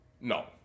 no